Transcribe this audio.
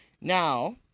Now